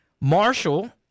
Marshall